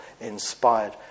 inspired